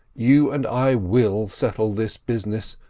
you and i will settle this business.